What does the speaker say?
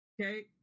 Okay